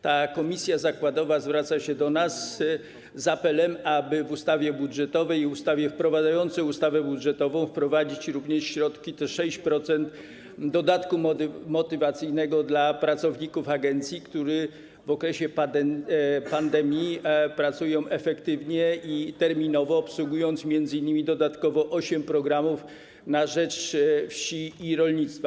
Ta komisja zakładowa zwraca się do nas z apelem, aby w ustawie budżetowej i ustawie wprowadzającej ustawę budżetową wprowadzić również środki, 6% dodatku motywacyjnego dla pracowników agencji, którzy w okresie pandemii pracują efektywnie i terminowo, obsługując m.in. dodatkowo osiem programów na rzecz wsi i rolnictwa.